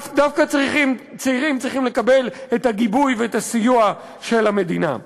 דווקא צעירים צריכים לקבל את הגיבוי ואת הסיוע של המדינה.